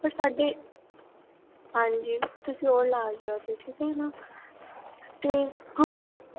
ਪਰ ਸਾਡੇ ਹਾਂਜੀ ਤੁਸੀਂ ਉਹ ਲਾ ਜਾਇਓ ਜੀ ਠੀਕ ਹੈ ਨਾ ਅਤੇ